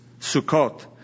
Sukkot